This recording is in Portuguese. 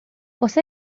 você